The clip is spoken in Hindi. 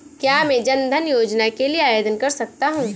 क्या मैं जन धन योजना के लिए आवेदन कर सकता हूँ?